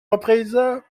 reprises